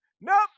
nope